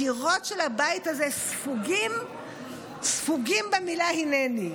הקירות של הבית הזה ספוגים במילה "הינני",